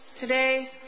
today